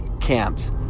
camps